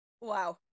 Wow